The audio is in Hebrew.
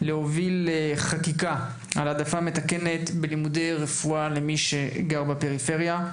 להוביל חקיקה על העדפה מתקנת בלימודי רפואה למי שגר בפריפריה.